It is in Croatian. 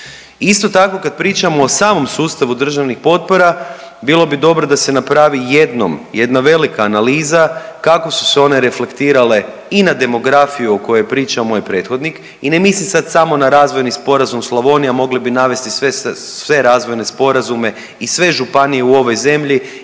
Isto tako kad pričamo o samom sustavu državnih potpora bilo bi dobro da se napravi jednom jedna velika analiza kako su se one reflektirale i na demografiju o kojoj je pričao moj prethodnik i ne mislim sad samo na razvojni sporazum Slavonija. Mogli bi navesti sve razvojne sporazume i sve županije u ovoj zemlji